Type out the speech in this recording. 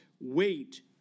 wait